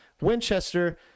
Winchester